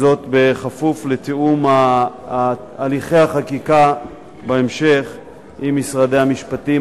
בכפוף לתיאום הליכי החקיקה בהמשך עם משרדי המשפטים,